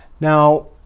Now